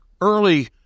early